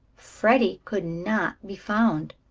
freddie could not be found,